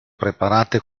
preparate